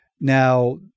Now